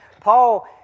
Paul